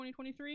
2023